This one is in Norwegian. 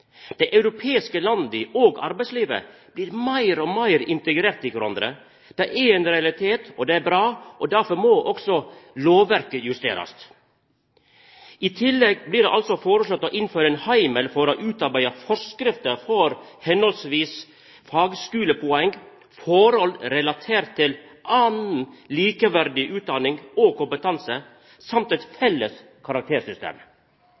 Dei europeiske landa og arbeidslivet blir meir og meir integrerte i kvarandre. Det er ein realitet, og det er bra, difor må også lovverket justerast. I tillegg blir det altså foreslått å innføra ein heimel for å utarbeida forskrifter for høvesvis fagskulepoeng, forhold relatert til anna likeverdig utdanning og kompetanse og dessutan eit felles karaktersystem.